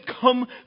come